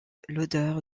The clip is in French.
l’odeur